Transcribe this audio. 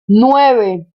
nueve